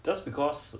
just because